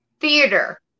theater